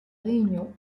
réunions